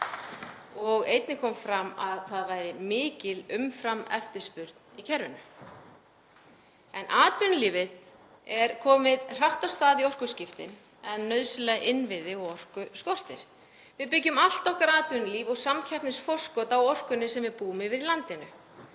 Einnig kom fram að það væri mikil umframeftispurn í kerfinu. Atvinnulífið er komið hratt af stað í orkuskiptin en nauðsynlega innviði og orku skortir. Við byggjum allt okkar atvinnulíf og samkeppnisforskot á orkunni sem við búum yfir í landinu,